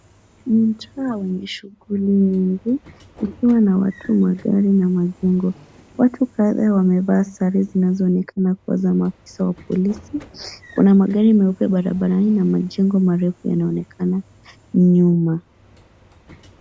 Mtaa wenye shughuli nyingi ikiwa na watu, magari na majengo. Watu pale wamevaa sare zinazoonekana kuwa za maafisa au polisi. Kuna magari meupe barabarani na majengo marefi yanaonekana nyuma.